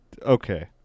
Okay